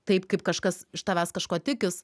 taip kaip kažkas iš tavęs kažko tikis